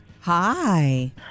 Hi